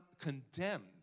condemned